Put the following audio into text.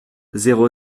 zéro